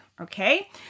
okay